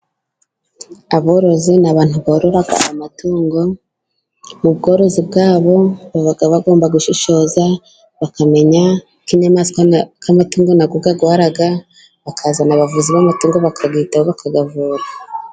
Aborozi ni abantu borora amatungo, mu bworozi bwabo baba bagomba gushishoza, bakamenya ko inyamaswa cyangwa amatungo nayo arwara, bakazana abavuzi b'amatugo, bakayitaho bayavura.